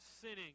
sinning